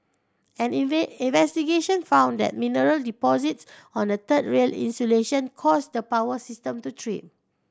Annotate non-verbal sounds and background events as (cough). an (unintelligible) investigation found that mineral deposits on the third rail insulation caused the power system to trip